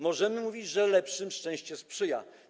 Możemy mówić, że lepszym szczęście sprzyja.